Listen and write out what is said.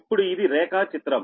ఇప్పుడు ఇది రేఖాచిత్రం